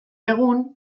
egun